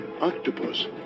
Octopus